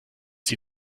sie